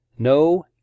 No